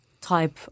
type